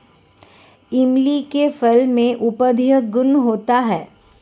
इमली के फल में औषधीय गुण होता है